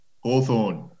Hawthorne